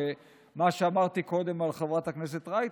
שמה שאמרתי קודם על חברת הכנסת רייטן,